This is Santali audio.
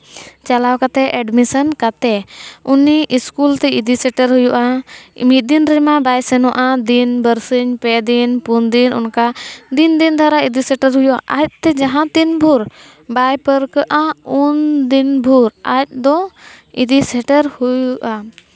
ᱪᱟᱞᱟᱣ ᱠᱟᱛᱮᱫ ᱮᱰᱢᱤᱥᱚᱱ ᱠᱟᱛᱮᱫ ᱩᱱᱤ ᱥᱠᱩᱞ ᱛᱮ ᱤᱫᱤ ᱥᱮᱴᱮᱨ ᱦᱩᱭᱩᱜᱼᱟ ᱢᱤᱫ ᱫᱤᱱ ᱫᱤᱱ ᱨᱮᱢᱟ ᱵᱟᱭ ᱥᱮᱱᱚᱜᱼᱟ ᱢᱤᱫ ᱫᱤᱱ ᱵᱟᱨᱥᱤᱧ ᱯᱮ ᱫᱤᱱ ᱯᱩᱱ ᱫᱤᱱ ᱚᱱᱠᱟ ᱫᱤᱱ ᱫᱤᱱ ᱫᱷᱟᱨᱟ ᱤᱫᱤ ᱥᱮᱴᱮᱨ ᱦᱩᱭᱩᱜᱼᱟ ᱟᱡᱛᱮ ᱡᱟᱦᱟᱸ ᱛᱤᱱ ᱵᱷᱳᱨ ᱵᱟᱭ ᱯᱟᱹᱨᱠᱟᱹᱜᱼᱟ ᱩᱱ ᱫᱤᱱ ᱵᱷᱳᱨ ᱟᱡᱫᱚ ᱤᱫᱤ ᱥᱮᱴᱮᱨ ᱦᱩᱭᱩᱜᱼᱟ